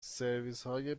سرویسهای